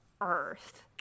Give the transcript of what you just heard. Earth